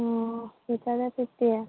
ꯑꯣ ꯂꯤꯇꯔꯗ ꯐꯤꯐꯇꯤ